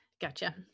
Gotcha